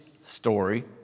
story